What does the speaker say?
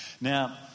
Now